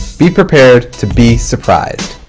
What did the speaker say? be prepared to be surprised.